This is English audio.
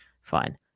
Fine